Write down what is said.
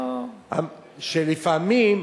שלפעמים